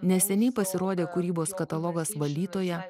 neseniai pasirodė kūrybos katalogas valyta